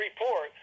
report